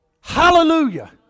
Hallelujah